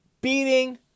beating